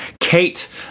Kate